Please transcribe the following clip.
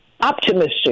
optimistic